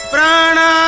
Prana